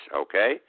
okay